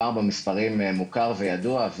הפעם המספר מוכר וידוע,